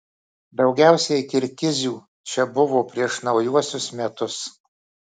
daugiausiai kirgizių čia buvo prieš naujuosius metus